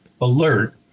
ALERT